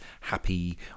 happy